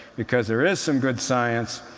because there is some good science.